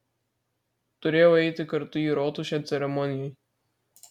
turėjau eiti kartu į rotušę ceremonijai